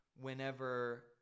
whenever